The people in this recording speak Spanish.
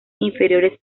inferiores